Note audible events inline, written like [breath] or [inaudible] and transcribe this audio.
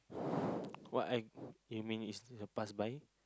[breath] what I aiming is the pass by